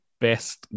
best